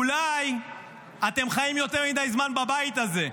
אולי אתם חיים יותר מדי זמן בבית הזה.